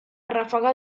ráfaga